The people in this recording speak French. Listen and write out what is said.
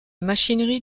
machinerie